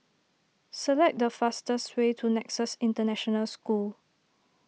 select the fastest way to Nexus International School